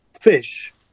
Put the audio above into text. fish